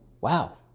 wow